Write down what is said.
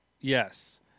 Yes